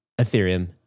Ethereum